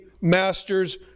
Master's